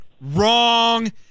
wrong